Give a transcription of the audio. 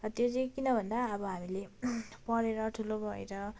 र त्यो चाहिँ किन भन्दा अब हामीले पढेर ठुलो भएर